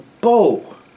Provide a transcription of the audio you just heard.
bow